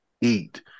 eat